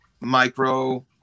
micro